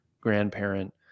grandparent